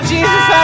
Jesus